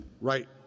right